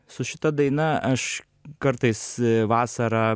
su šita daina aš kartais vasarą